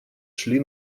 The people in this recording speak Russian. шли